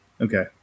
Okay